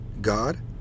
God